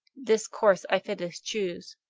this course i fittest choose,